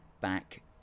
back